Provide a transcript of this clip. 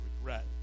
regret